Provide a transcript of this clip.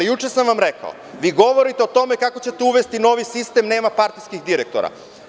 Juče sam vam rekao, vi govorite o tome kako ćete uvesti novi sistem, nema partijskih direktora.